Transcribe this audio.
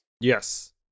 Yes